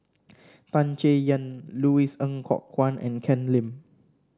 Tan Chay Yan Louis Ng Kok Kwang and Ken Lim